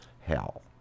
hell